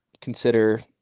consider